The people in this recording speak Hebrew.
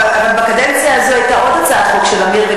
אבל בקדנציה הזאת היתה עוד הצעת חוק של עמיר,